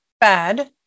bad